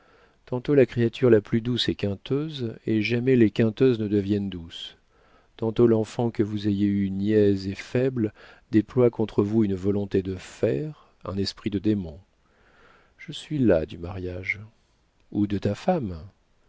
tantôt la créature la plus douce est quinteuse et jamais les quinteuses ne deviennent douces tantôt l'enfant que vous avez eue niaise et faible déploie contre vous une volonté de fer un esprit de démon je suis las du mariage ou de ta femme